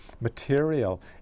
material